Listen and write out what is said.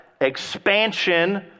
Expansion